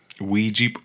Ouija